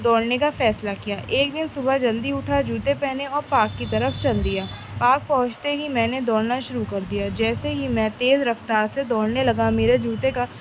دوڑنے کا فیصلہ کیا ایک دن صبح جلدی اٹھا جوتے پہنے اور پارک کی طرف چل دیا پارک پہنچتے ہی میں نے دوڑنا شروع کر دیا جیسے ہی میں تیز رفتار سے دوڑنے لگا میرا جوتے کا